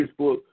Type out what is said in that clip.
Facebook